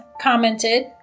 commented